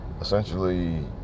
essentially